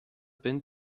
been